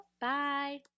bye